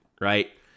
right